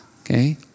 Okay